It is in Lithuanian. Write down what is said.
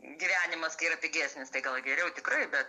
gyvenimas kai yra pigesnis tai gal geriau tikrai bet